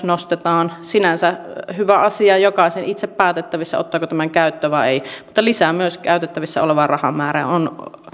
nostetaan se on sinänsä hyvä asia ja jokaisen itse päätettävissä ottaako tämän käyttöön vai ei mutta se lisää myös käytettävissä olevaa rahamäärää ja on